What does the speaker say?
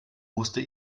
musste